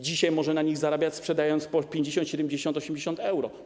Dzisiaj może na nich zarabiać, sprzedając je po 50, 70, 80 euro.